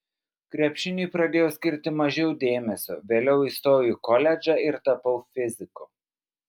krepšiniui pradėjau skirti mažiau dėmesio vėliau įstojau į koledžą ir tapau fiziku